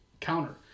counter